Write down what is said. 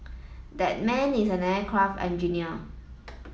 that man is an aircraft engineer